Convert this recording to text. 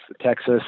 Texas